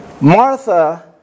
Martha